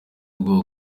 ubwoba